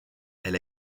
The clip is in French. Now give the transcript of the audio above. elle